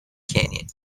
canyon